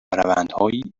روندهایی